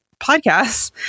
Podcasts